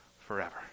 forever